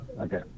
Okay